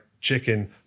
chicken